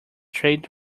trade